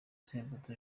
samputu